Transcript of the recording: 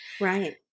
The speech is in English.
Right